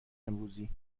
امروزی